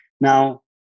Now